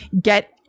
get